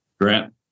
Grant